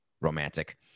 romantic